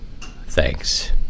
thanks